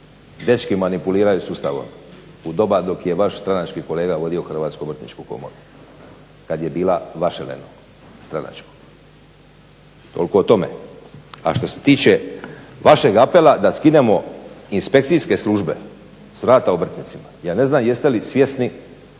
dečki manipuliraju sustavom? U doba dok je vaš stranački kolega vodio Hrvatsku obrtničku komoru, kada je bila vaša … stranačko. Toliko o tome. A što se tiče vašeg apela da skinemo inspekcijske službe s vrata obrtnicima, ja ne znam jeste li svjesni